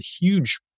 huge